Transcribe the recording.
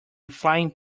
flying